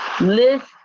list